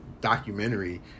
documentary